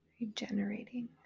regenerating